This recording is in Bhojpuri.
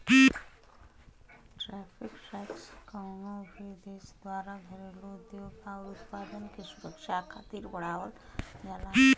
टैरिफ टैक्स कउनो भी देश द्वारा घरेलू उद्योग आउर उत्पाद के सुरक्षा खातिर बढ़ावल जाला